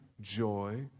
joy